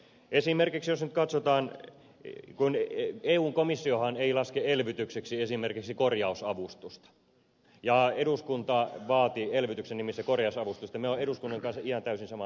esimerkiksi jos nyt katsotaan sitä että eun komissiohan ei laske elvytykseksi esimerkiksi korjausavustusta ja eduskunta vaati elvytyksen nimissä korjausavustusta niin minä olen eduskunnan kanssa ihan täysin samaa mieltä